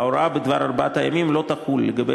ההוראה בדבר ארבעת הימים לא תחול לגבי